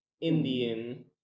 Indian